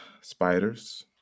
spiders